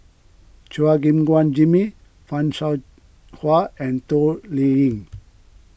Chua Gim Guan Jimmy Fan Shao Hua and Toh Liying